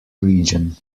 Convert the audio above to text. region